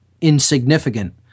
insignificant